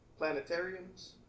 planetariums